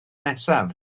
nesaf